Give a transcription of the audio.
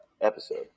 episode